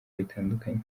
bitandukanye